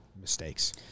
mistakes